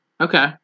Okay